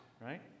Right